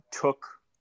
took